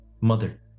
mother